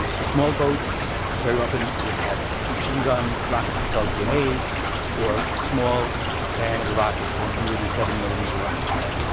the small boats very often would have machine guns, rocket-propelled grenades or small diameter rockets, one hundred and seven mm um and rockets